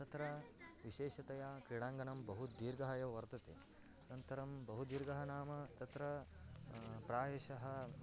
तत्र विशेषतया क्रीडाङ्गनं बहु दीर्घः एव वर्तते अनन्तरं बहु दीर्घः नाम तत्र प्रायशः